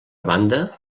banda